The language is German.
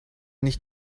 nicht